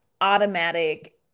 automatic